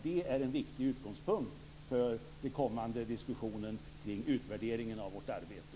Det är en viktig utgångspunkt för den kommande diskussionen kring utvärderingen av vårt arbete.